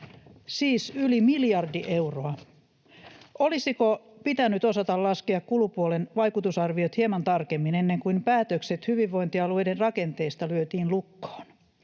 Siis yli miljardi euroa. Olisiko pitänyt osata laskea kulupuolen vaikutusarviot hieman tarkemmin ennen kuin päätökset hyvinvointialueiden rakenteista lyötiin lukkoon?